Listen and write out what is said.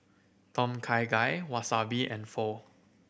Tom Kha Gai Wasabi and Pho